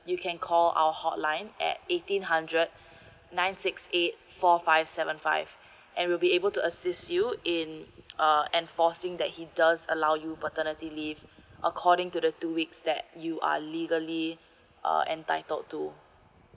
you can call our hotline at eighteen hundred nine six eight four five seven five and we'll be able to assist you in uh enforcing that he does allow you paternity leave according to the two weeks that you are legally uh entitled to